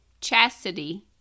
chastity